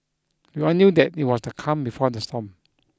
we are knew that it was the calm before the storm